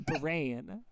Brain